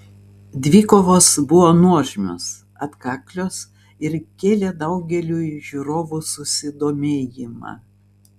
dvikovos buvo nuožmios atkaklios ir kėlė daugeliui žiūrovų susidomėjimą